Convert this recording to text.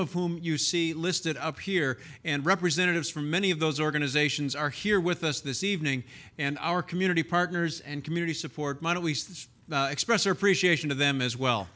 of whom you see listed up here and representatives from many of those organizations are here with us this evening and our community partners and community support express our appreciation to them as well